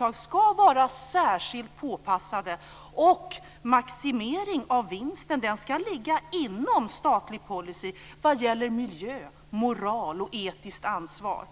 De ska vara särskilt påpassade och maximering av vinsten ska ligga inom statlig policy när det gäller miljö, moral och etiskt ansvar.